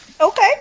Okay